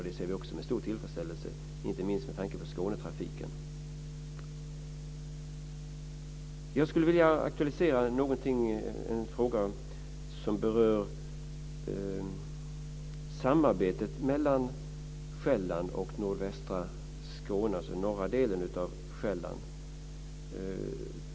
Det ser vi med stor tillfredsställelse, inte minst med tanke på Skånetrafiken. Jag vill aktualisera en fråga som berör samarbetet mellan norra delen av Sjælland och nordvästra Skåne.